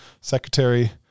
Secretary